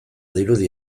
dirudi